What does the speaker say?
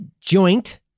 joint